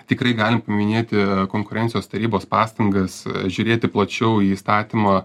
tikrai galim paminėti konkurencijos tarybos pastangas žiūrėti plačiau į įstatymą